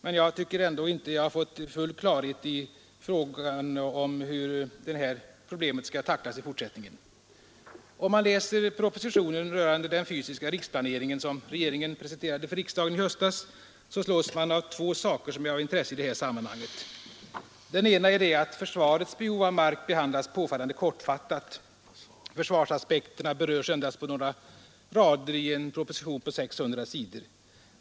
Men jag tycker ändå inte att jag fått full klarhet i frågan om hur det här problemet skall tacklas i fortsättningen. Om man läser propositionen rörande den fysiska riksplaneringen som regeringen presenterade för riksdagen i höstas slås man av två saker som är av intresse i det här sammanhanget. Den ena är att försvarets behov av mark behandlas påfallande kortfattat. Försvarsaspekterna berörs endast på några rader i en proposition på 600 sidor.